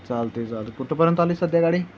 चालत आहे चालत आहे कुठंपर्यंत आली सध्या गाडी